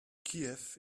kiew